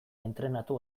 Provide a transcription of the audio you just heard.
entrenatu